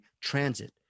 Transit